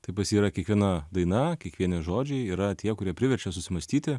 taip pas jį yra kiekviena daina kiekvieni žodžiai yra tie kurie priverčia susimąstyti